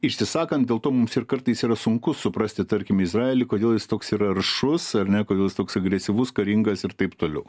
išsisakant dėl to mums ir kartais yra sunku suprasti tarkim izraelį kodėl jis toks yra aršus ar ne kodėl jis toks agresyvus karingas ir taip toliau